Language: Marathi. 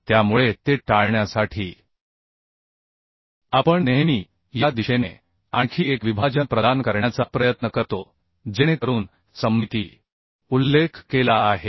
त्यामुळे ते टाळण्यासाठी आपण नेहमी या दिशेने आणखी एक विभाजन प्रदान करण्याचा प्रयत्न करतो जेणेकरून सममिती उल्लेख केला आहे